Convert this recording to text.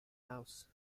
house